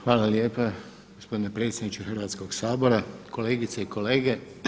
Hvala lijepa gospodine predsjedniče Hrvatskog sabora, kolegice i kolege.